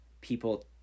people